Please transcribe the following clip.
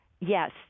Yes